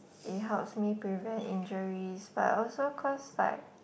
it helps me prevent injuries but also cause like